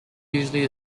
usually